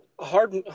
Hard